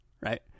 right